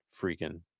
freaking